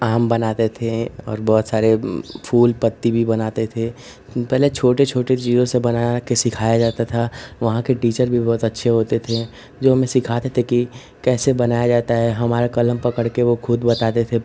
आम बनाते थे और बहुत सारी फूल पत्ती भी बनाते थे पहले छोटी छोटी चीज़ों से बनाकर सिखाया जाता था वहाँ के टीचर भी बहुत अच्छे होते थे जो हमें सिखाते थे कि कैसे बनाया जाता है हमारी कलम पकड़कर वह खुद बताते थे